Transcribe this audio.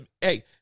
hey